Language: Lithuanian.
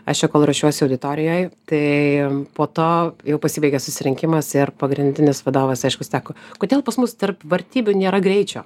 aš čia kol ruošiuosi auditorijoje tai po to jau pasibaigė susirinkimas ir pagrindinis vadovas aišku sako kodėl pas mus tarp vartybių nėra greičio